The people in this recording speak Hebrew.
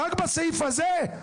רק סעיף הזה.